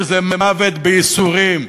שזה מוות בייסורים.